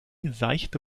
seichte